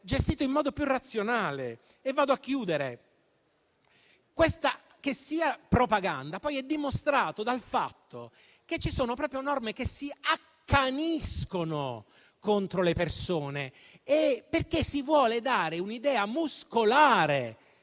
gestito in modo più razionale. Che questa sia propaganda, poi, è dimostrato dal fatto che ci sono norme che si accaniscono contro le persone, perché si vuole dare un'idea muscolare.